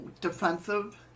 defensive